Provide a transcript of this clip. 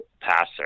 passer